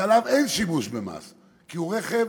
שעליו אין חיוב במס כי הוא רכב